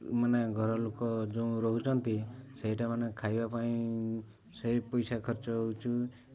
ମାନେ ଘର ଲୋକ ଯେଉଁ ରହୁଛନ୍ତି ସେଇଟା ମାନେ ଖାଇବା ପାଇଁ ସେଇ ପଇସା ଖର୍ଚ୍ଚ ହେଉଛି